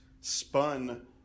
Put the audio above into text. spun